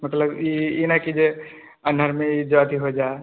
मतलब ई नहि की जे अन्हरमे अथी हो जाइ